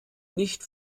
nicht